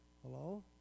Hello